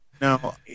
Now